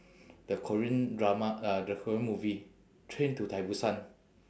the korean drama uh the korean movie train to t~ busan